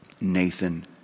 Nathan